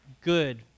good